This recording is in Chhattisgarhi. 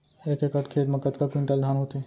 एक एकड़ खेत मा कतका क्विंटल धान होथे?